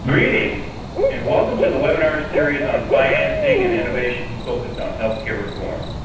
greetings and welcome to the webinar series on financing and innovations focused on healthcare reform.